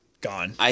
Gone